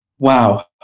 Wow